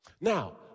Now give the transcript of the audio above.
Now